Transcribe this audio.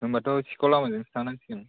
होनब्लाथ' सिखाव लामाजोंसो थांनांसिगोन